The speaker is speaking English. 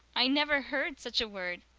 i never heard such a word.